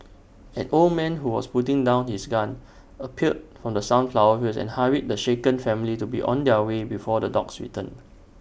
an old man who was putting down his gun appeared from the sunflower fields and hurried the shaken family to be on their way before the dogs return